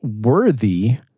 worthy